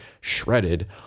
shredded